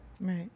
Right